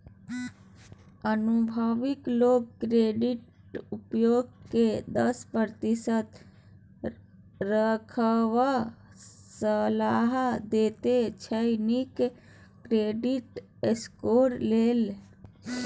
अनुभबी लोक क्रेडिट उपयोग केँ दस प्रतिशत रखबाक सलाह देते छै नीक क्रेडिट स्कोर लेल